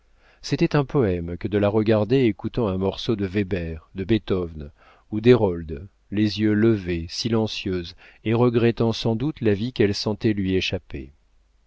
c'était un poème que de la regarder écoutant un morceau de weber de beethoven ou d'hérold les yeux levés silencieuse et regrettant sans doute la vie qu'elle sentait lui échapper